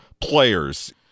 players